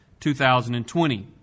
2020